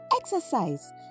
Exercise